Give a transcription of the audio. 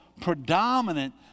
predominant